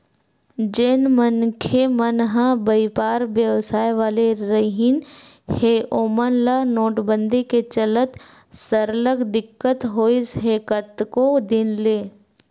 जेन मनखे मन ह बइपार बेवसाय वाले रिहिन हे ओमन ल नोटबंदी के चलत सरलग दिक्कत होइस हे कतको दिन ले